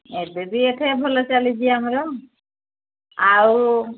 ଏବେ ବି ଏଠେଇ ଭଲ ଚାଲିଛି ଆମର ଆଉ